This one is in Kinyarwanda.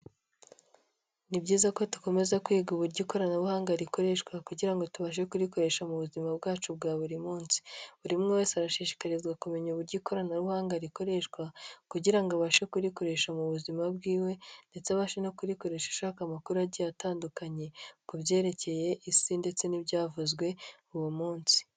Ni byiza ko dukomeza kwiga uburyo ikoranabuhanga rikoreshwa kugira ngo tubashe kuririkoresha mu buzima bwacu bwa buri munsi buri umwe wese arashishikarizwa kumenya uburyo ikoranabuhanga rikoreshwa kugira abashe kurikoresha mu buzima bwiwe ndetse abashe no kurikoresha ashaka amakuru agiye atandukanye ku byerekeye isi ndetse n'ibyavuzwe uwo munsi.